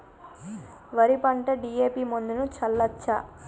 వరి పంట డి.ఎ.పి మందును చల్లచ్చా?